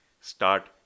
Start